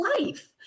life